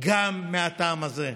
גם מהטעם הזה,